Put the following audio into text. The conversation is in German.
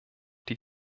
die